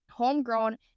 homegrown